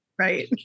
Right